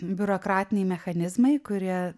biurokratiniai mechanizmai kurie